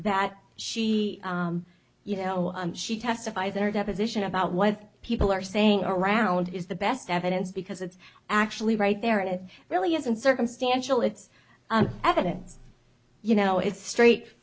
that she you know she testifies in her deposition about what people are saying around is the best evidence because it's actually right there it really isn't circumstantial it's evidence you know it's straight